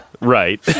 right